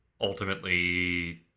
ultimately